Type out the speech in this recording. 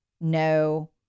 no